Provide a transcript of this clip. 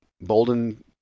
Bolden